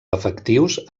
efectius